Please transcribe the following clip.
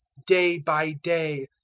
day by day,